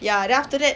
ya then after that